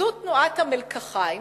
זו תנועת המלקחיים